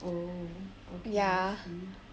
oh okay I see